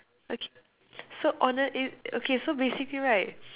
okay so hone~ it okay so basically right